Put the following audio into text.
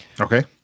Okay